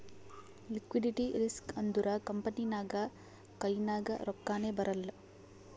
liquidity risk ಅಂದುರ್ company ನಾಗ್ ಕೈನಾಗ್ ರೊಕ್ಕಾನೇ ಬರಲ್ಲ